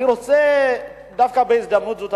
בהזדמנות זאת,